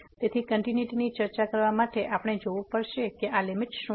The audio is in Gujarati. તેથી કંટીન્યુટીની ચર્ચા કરવા માટે આપણે જોવું પડશે કે આની લીમીટ શું છે